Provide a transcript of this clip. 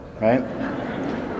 right